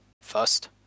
first